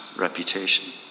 reputation